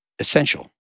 Essential